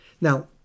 Now